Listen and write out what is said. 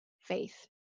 faith